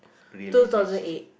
relationship